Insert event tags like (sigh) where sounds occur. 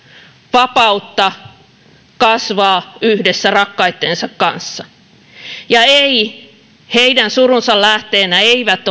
vapautta kasvaa yhdessä rakkaittensa kanssa ja ei heidän surunsa lähteenä eivät (unintelligible)